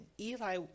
Eli